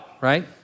right